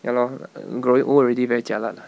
ya lor grow old already very jialat lah